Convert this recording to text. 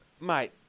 Mate